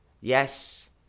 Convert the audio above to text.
Yes